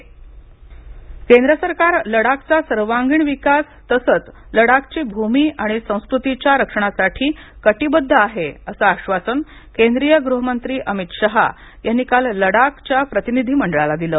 अमित शहा केंद्र सरकार लडाख ला सर्वांगीण विकास तसच लडाखची भूमी आणि संस्कृतीच्या रक्षणासाठी कटीबद्ध आहे अस आश्वासन केंद्रीय कृह्हांत्री आमित शहा यांनी काल लडाख च्या प्रतिनिधी मंडळाला दिलं